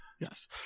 Yes